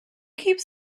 keeps